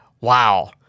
Wow